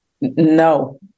no